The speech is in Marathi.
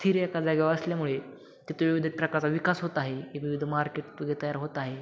स्थिर एका जागेवर असल्यामुळे तिथे विविध प्रकारचा विकास होत आहे एक विविध मार्केट तयार होत आहे